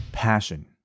passion